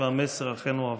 והמסר אכן הועבר.